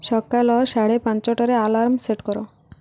ସକାଳ ସାଢ଼େ ପାଞ୍ଚଟାରେ ଆଲାର୍ମ ସେଟ୍ କର